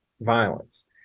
violence